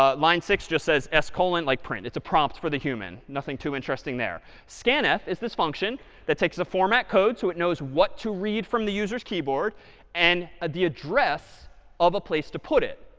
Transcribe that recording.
ah line six just says, s colon, like print. it's a prompt for the human, nothing too interesting there. scanf is this function that takes the format code so it knows what to read from the user's keyboard and ah the address of a place to put it.